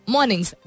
Mornings